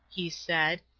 he said,